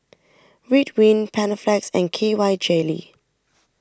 Ridwind Panaflex and K Y Jelly